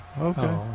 Okay